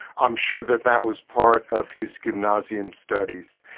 i'm sure that that was part of his gymnasium studies.